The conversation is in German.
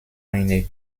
eine